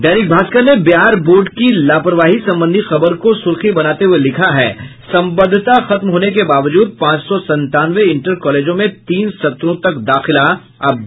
दैनिक भास्कर ने बिहार बोर्ड की लापरवाही संबंधी खबर को सुर्खी बनाते हुये लिखा है सम्बद्धता खत्म होने के बावजूद पांच सौ संतानवे इंटर कॉलेजों में तीन सत्रों तक दाखिला अब दो लाख छात्र फंसे